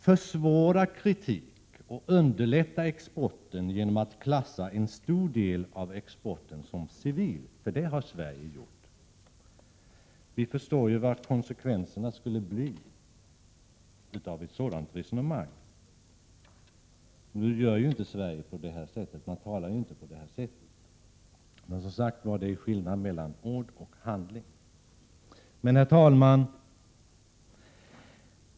Försvåra kritik och underlätta exporten genom att klassa en stor del av exporten som civil export, för det har Sverige gjort! Vi förstår ju vilka konsekvenserna skulle bli av ett sådant resonemang. Nu gör inte Sverige på det där sättet, men det är som sagt skillnad mellan ord och handling. Herr talman!